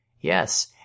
Yes